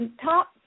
top